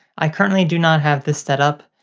i currently do not have this setup,